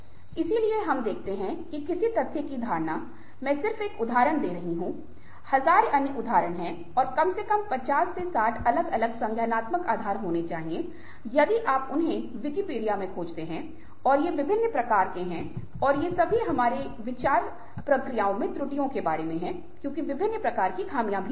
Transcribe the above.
इसलिए हम देखते हैं कि किसी तथ्य की धारणा मैं सिर्फ एक उदाहरण दे रहा हूं 1000 अन्य उदाहरण हैं और कम से कम 50 से 60 अलग अलग संज्ञानात्मक आधार होने चाहिए यदि आप उन्हें विकिपीडिया में खोजते हैं और ये विभिन्न प्रकार के हैं और ये सभी हमारे विचार प्रक्रियाओं में त्रुटियों के बारे में हैं क्योंकि विभिन्न प्रकार की खामियां हैं